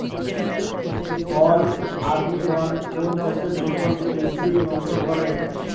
ফল armyworm কোন চাষের ফসল বেশি নষ্ট করে?